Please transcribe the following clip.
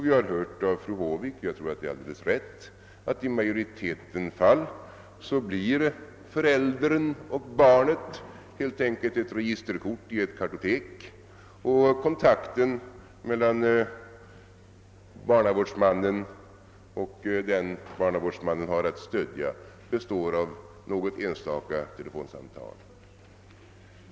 Vi har av fru Håvik hört — och jag tror att det är alldeles rätt — att samhällets kännedom om föräldern och barnet i majoriteten av fallen begränsas till uppgifter på ett registerkort i ett kartotek och att kontakten med barnavårdsmannen består av något enstaka telefonsamtal.